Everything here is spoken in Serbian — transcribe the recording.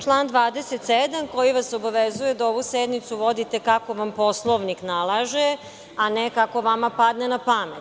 Član 27. koji vas obavezuje da ovu sednicu vodite kako vam Poslovnik nalaže, a ne, kako vama padne na pamet.